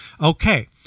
Okay